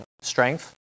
strength